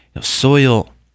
soil